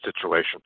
situation